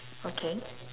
okay